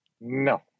No